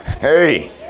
Hey